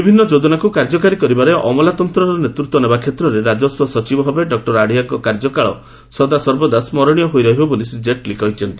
ବିଭିନ୍ନ ଯୋଜନାକୁ କାର୍ଯ୍ୟକାରୀ କରିବାରେ ଅମଲାତନ୍ତର ନେତୃତ୍ୱ ନେବା କ୍ଷେତ୍ରରେ ରାଜସ୍ୱ ସଚିବ ଭାବେ ଡକୁର ଆଡିଆଙ୍କ କାର୍ଯ୍ୟକାଳ ସଦା ସ୍କରଣୀୟ ହୋଇ ରହିବ ବୋଲି ଶ୍ରୀଜେଟଲୀ କହିଛନ୍ତି